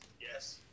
yes